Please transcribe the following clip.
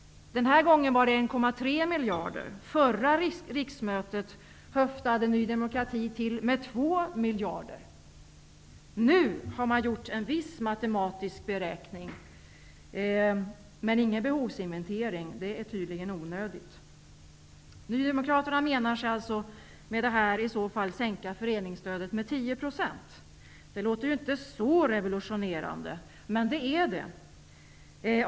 Denna gång var det fråga om 1,3 miljarder. Förra riksmötet höftade Ny demokrati till med 2 miljarder. Nu har man gjort en viss matematisk beräkning, men ingen behovsinventering. Det är tydligen onödigt. Nydemokraterna menar sig alltså med detta förslag minska föreningsstödet med 10 %. Det låter inte så revolutionerande, men det är det.